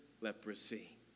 leprosy